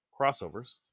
crossovers